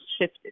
shifted